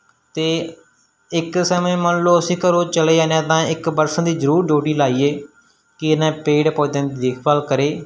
ਅਤੇ ਇੱਕ ਸਮੇਂ ਮੰਨ ਲਓ ਅਸੀਂ ਘਰੋਂ ਚਲੇ ਜਾਂਦੇ ਹਾਂ ਤਾਂ ਇੱਕ ਪਰਸਨ ਦੀ ਜ਼ਰੂਰ ਡਿਊਟੀ ਲਗਾਈਏ ਕਿ ਇਹਨਾਂ ਪੇੜ ਪੌਦਿਆਂ ਦੀ ਦੇਖਭਾਲ ਕਰੇ